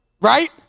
Right